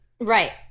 Right